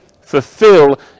fulfill